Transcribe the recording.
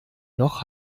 noch